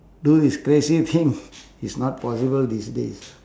do these crazy thing is not possible these days